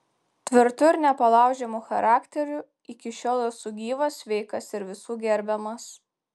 tvirtu ir nepalaužiamu charakteriu iki šiol esu gyvas sveikas ir visų gerbiamas